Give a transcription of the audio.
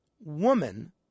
woman